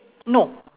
no